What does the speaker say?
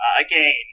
again